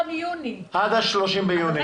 עד ה-30 ביוני.